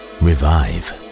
revive